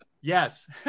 Yes